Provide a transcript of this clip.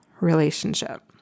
relationship